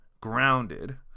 grounded